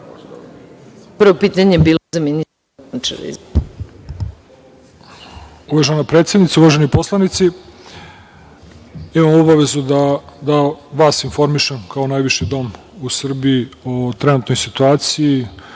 Prvo pitanje je bilo za ministra